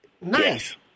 Nice